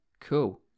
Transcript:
Cool